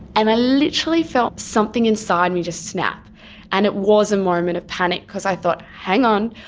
and i literally felt something inside me just snap and it was a moment of panic because i thought, hang on,